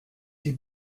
die